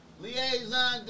Liaison